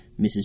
Mrs